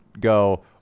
go